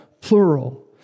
plural